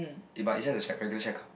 eh but it's just a check regular check up